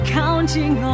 counting